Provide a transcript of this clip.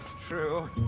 true